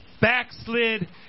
backslid